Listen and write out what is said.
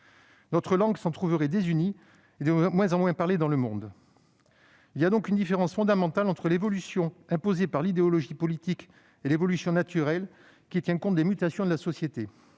Notre langue s'en trouverait désunie et de moins en moins parlée dans le monde. Il y a donc une différence fondamentale entre une évolution imposée par l'idéologie politique et une évolution naturelle tenant compte des mutations de la société.